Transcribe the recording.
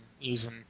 using